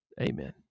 Amen